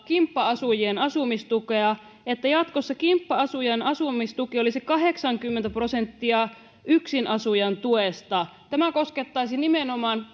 kimppa asujien asumistukea sillä tavalla että jatkossa kimppa asujan asumistuki olisi kahdeksankymmentä prosenttia yksinasujan tuesta tämä koskettaisi nimenomaan